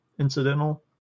Incidental